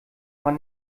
man